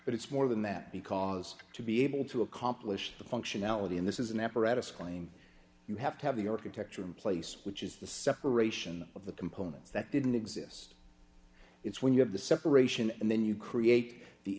but it's more than that because to be able to accomplish the functionality in this is an apparatus claim you have to have the architecture in place which is the separation of the components that didn't exist it's when you have the separation and then you create the